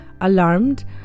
alarmed